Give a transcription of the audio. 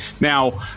now